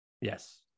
Yes